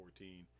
2014